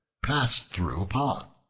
passed through a pond.